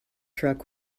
truck